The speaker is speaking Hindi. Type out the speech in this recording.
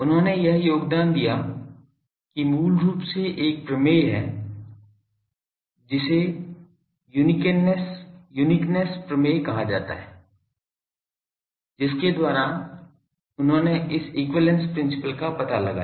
उन्होंने यह योगदान दिया कि मूल रूप से एक प्रमेय है जिसे युनिकेनेस्स प्रमेय कहा जाता है जिसके द्वारा उन्होंने इस एक्विवैलेन्स प्रिंसिपल का पता लगाया